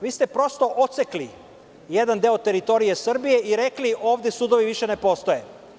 Prosto ste odsekli jedan deo teritorije Srbije i rekli – ovde sudovi više ne postoje.